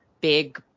big